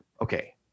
okay